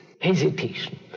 hesitation